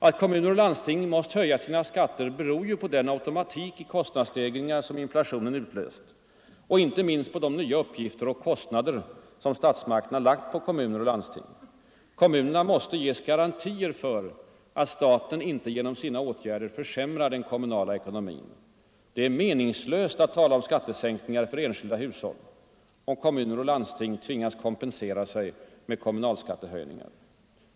Att kommuner och landsting måst höja sina skatter beror på den automatik i kostnadsstegringar som inflationen utlöst och inte minst på de nya uppgifter och kostnader som statsmakterna lagt på kommuner och landsting. Kommunerna måste ges garantier för att staten inte genom sina åtgärder försämrar den kommunala ekonomin. Det är meningslöst att tala om skattesänkningar för enskilda hushåll, om kommuner och landsting tvingas kompensera sig med kommunal skattehöjningar.